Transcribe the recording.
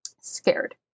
scared